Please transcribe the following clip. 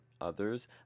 others